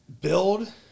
Build